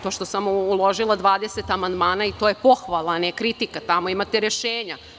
To što sam uložila 20 amandmana i to je pohvala, a ne kritika, tamo imate rešenja.